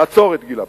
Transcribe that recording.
לעצור את גיל הפרישה.